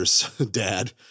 dad